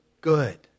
good